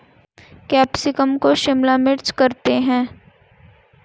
capsicum को शिमला मिर्च करते हैं